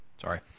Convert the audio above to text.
sorry